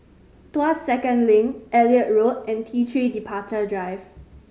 Tuas Second Link Elliot Road and T Three Departure Drive